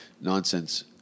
nonsense